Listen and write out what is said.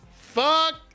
fuck